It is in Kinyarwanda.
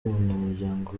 umunyamuryango